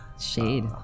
Shade